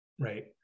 right